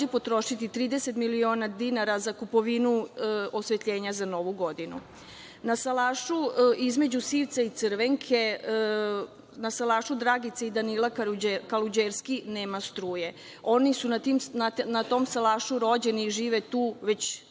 potrošiti 30 miliona dinara za kupovinu osvetljenja za Novu godinu. Na salašu između Sivca i Crvenke, na salašu Dragice i Danila Kaluđerski nema struje. Oni su na tom salašu rođeni i žive tu već